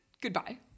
Goodbye